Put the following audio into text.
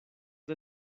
del